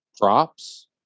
props